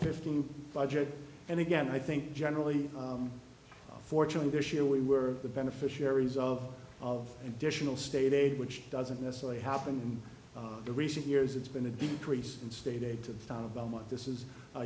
fifteen budget and again i think generally fortunately this year we were the beneficiaries of of additional state aid which doesn't necessarily happen the recent years it's been a decrease in state aid to